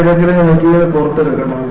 അവർ ഇടയ്ക്കിടെ മെറ്റീരിയൽ പുറത്തെടുക്കണം